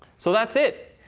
so that's it!